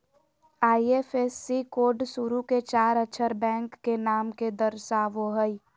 IFSC code शुरू के चार अक्षर बैंक के नाम के दर्शावो हइ